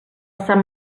sant